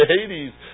Hades